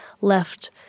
left